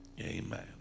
Amen